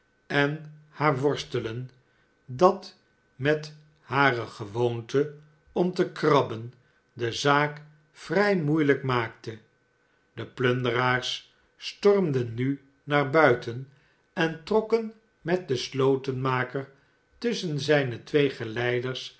en haar worstelen cat met hare gewoonte om te krabben de zaak vrij moeielijk maakte de plunderaars stormden nu naar buiten en trokken rechtschapenheid van den slotenmaker snet den slotenmaker tusschen zijne twee